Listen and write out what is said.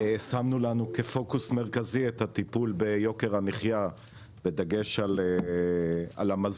שמנו לנו כפוקוס מרכזי את הטיפול ביוקר המחייה בדגש על המזון